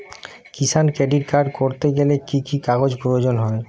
কিষান credit card করতে গেলে কি কি কাগজ প্রয়োজন হয়?